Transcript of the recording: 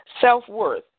Self-worth